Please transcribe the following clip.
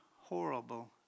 horrible